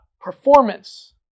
performance